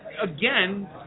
again